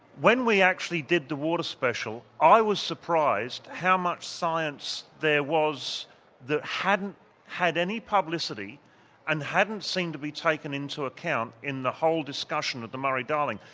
when we actually did the water special i was surprised how much science there was that hadn't had any publicity and hadn't seemed to be taken into account in the whole discussion of the murray darling.